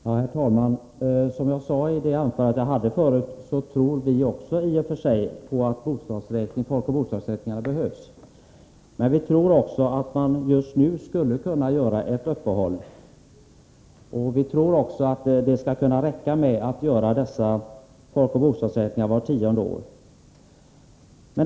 Herr talman! Som jag sade i det anförande jag höll förut, tror vi i och för sig att folkoch bostadsräkningar behövs. Men vi tror också att man just nu skulle kunna göra ett uppehåll och att det borde räcka med att genomföra folkoch bostadsräkningar vart tionde år.